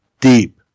deep